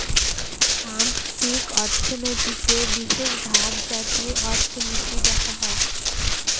সামষ্টিক অর্থনীতিতে বিশেষভাগ জাতীয় অর্থনীতি দেখা হয়